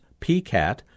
PCAT